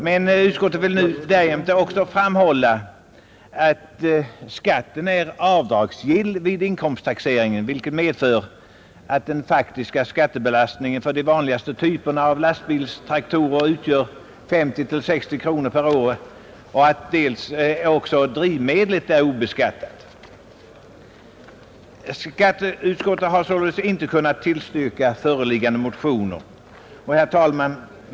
Men skatteutskottet skriver dessutom: ”Det bör vidare observeras dels att skatten är avdragsgill vid inkomsttaxeringen, vilket medför att den faktiska skattebelastningen för de vanligaste typerna av lantbrukstraktorer utgör 50 — 60 kr. per år, dels att drivmedlet är obeskattat.” Skatteutskottet har därför inte ansett sig kunna tillstyrka förevarande motioner. Herr talman!